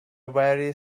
very